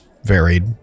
Varied